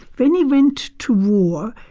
when he went to war.